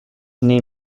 name